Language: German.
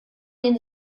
den